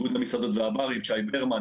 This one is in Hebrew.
איגוד המסעדות והברים, שי ברמן.